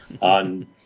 on